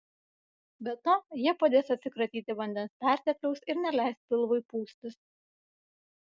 be to jie padės atsikratyti vandens pertekliaus ir neleis pilvui pūstis